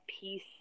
peace